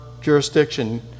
jurisdiction